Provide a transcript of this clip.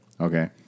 Okay